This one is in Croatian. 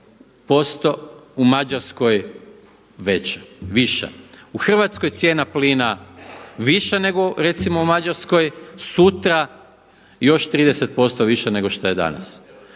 10% u Mađarskoj viša, u Hrvatskoj cijena plina viša nego recimo u Mađarskoj, sutra još 30% viša nego šta je danas.